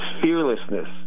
fearlessness